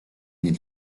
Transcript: nel